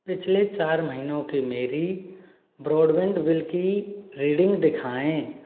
पिछले चार महीनों की मेरी ब्रॉडबैंड बिल की रीडिंग दिखाएँ